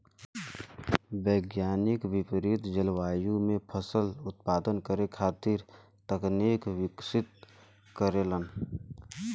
वैज्ञानिक विपरित जलवायु में फसल उत्पादन करे खातिर तकनीक विकसित करेलन